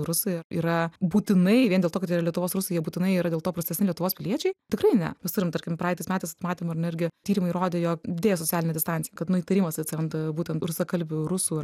rusai yra būtinai vien dėl to kad jie yra lietuvos rusai jie būtinai yra dėl to prastesni lietuvos piliečiai tikrai ne mes turim tarkim praeitais metais matėm ar ne irgi tyrimai rodė jog deja socialinė distancija kad nu įtarimas atsiranda būtent rusakalbių rusų